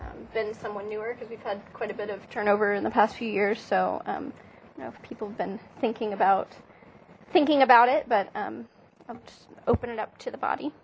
en someone newer because we've had quite a bit of turnover in the past few years so people have been thinking about thinking about it but um i'll just open it up to the body